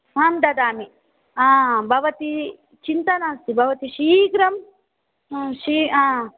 अहं ददामि हा भवती चिन्ता नास्ति भवती शीघ्रं हा शि हा